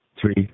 Three